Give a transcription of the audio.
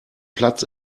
platz